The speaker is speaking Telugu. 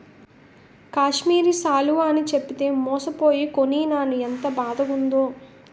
కాశ్మీరి శాలువ అని చెప్పితే మోసపోయి కొనీనాను ఎంత బాదగుందో